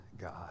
God